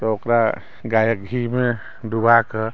तऽ ओकरा गाएके घीमे डुबाए कऽ